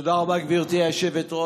תודה רבה, גברתי היושבת-ראש.